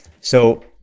So-